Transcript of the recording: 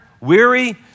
weary